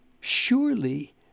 surely